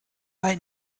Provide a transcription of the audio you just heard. bei